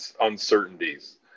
uncertainties